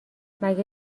مگه